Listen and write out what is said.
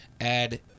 add